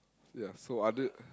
ya so other